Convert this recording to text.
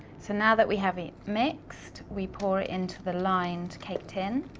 so, now that we have it mixed, we pour it into the lined cake tin.